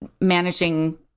managing